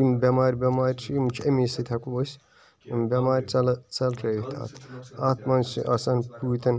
یِم بیٚمارِ ویٚمارِ چھِ یِم چھِ اَمے سۭتۍ ہیٚکو أسۍ یِم بیٚمارِ ژَلہٕ ژٔلرٲیِتھ تہِ اَتھ اَتھ مَنٛز چھُ آسان پوٗتیٚن